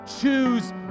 choose